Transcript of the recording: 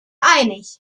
einig